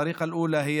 הדרך הראשונה היא